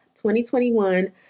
2021